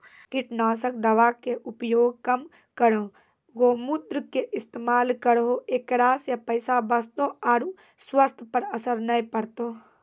कीटनासक दवा के उपयोग कम करौं गौमूत्र के इस्तेमाल करहो ऐकरा से पैसा बचतौ आरु स्वाथ्य पर असर नैय परतौ?